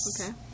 Okay